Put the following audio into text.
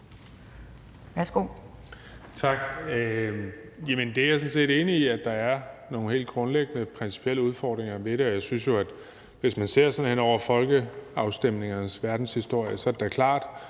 Bek): Tak. Jamen det er jeg sådan set enig i, altså at der er nogle helt grundlæggende principielle udfordringer ved folkeafstemninger. Jeg synes jo, at hvis man ser sådan hen over folkeafstemningernes verdenshistorie, er det da klart,